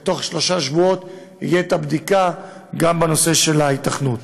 בתוך כשלושה שבועות תהיה בדיקה גם בנושא ההיתכנות.